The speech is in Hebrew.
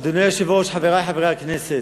אדוני היושב-ראש, חברי חברי הכנסת,